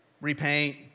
repaint